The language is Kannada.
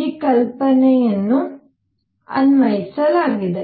ಈ ಕಲ್ಪನೆಯನ್ನು ಅನ್ವಯಿಸಲಾಗಿದೆ